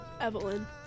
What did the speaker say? evelyn